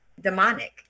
demonic